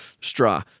straw